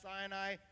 Sinai